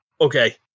okay